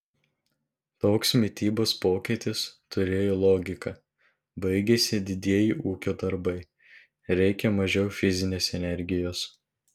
toks mitybos pokytis turėjo logiką baigėsi didieji ūkio darbai reikia mažiau fizinės energijos